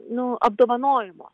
nu apdovanojamos